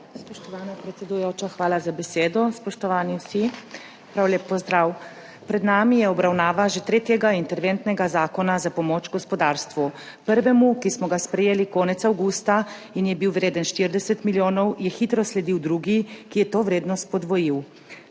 Spoštovana predsedujoča, hvala za besedo. Spoštovani vsi, prav lep pozdrav! Pred nami je obravnava že tretjega interventnega zakona za pomoč gospodarstvu. Prvemu, ki smo ga sprejeli konec avgusta in je bil vreden 40 milijonov, je hitro sledil drugi, ki je to vrednost podvojil.